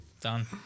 Done